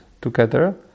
together